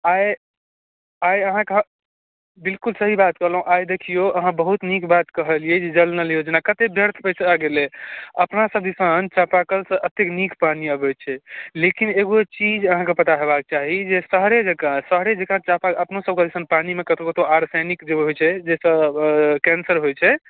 आइ आइ अहाँकऽ बिलकुल सही बात कहलहुँ आइ देखिऔ अहाँ बहुत नीक बात कहलियै जे जल नल योजना कतेक व्यर्थ पैसा गेलै अपना सभ दिसन चापा कलसँ एतेक नीक पानि अबैत छै लेकिन एगो चीज अहाँकेँ पता होयबाक चाही जे शहरे जकाँ शहरे जकाँ चापा अपनो सभकऽ दिसन पानीमे कतबो आर्सेनिक जे होइत छै जाहिसँ कैंसर होइत छै